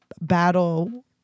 battle